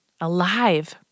alive